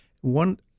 One